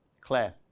Claire